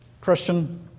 Christian